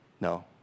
No